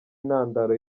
intandaro